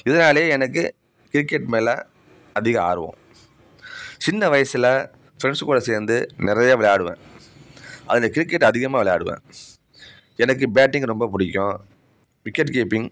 இதனால் எனக்கு கிரிக்கெட் மேல் அதிக ஆர்வம் சின்ன வயதில் ஃப்ரெண்ட்ஸு கூட சேர்ந்து நிறையா விளையாடுவேன் அதில் கிரிக்கெட் அதிகமாக விளையாடுவேன் எனக்கு பேட்டிங் ரொம்ப பிடிக்கும் விக்கெட் கீப்பிங்